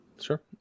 sure